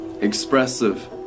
expressive